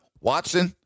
Watson